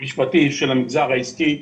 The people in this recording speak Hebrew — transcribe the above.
המשפטי של המגזר העסקי,